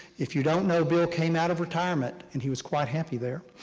if you don't know, bill came out of retirement, and he was quite happy there,